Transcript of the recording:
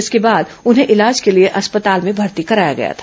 इसके बाद उन्हें इलाज के लिए अस्पताल में भर्ती कराया गया था